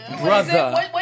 brother